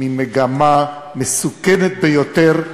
ממגמה מסוכנת ביותר,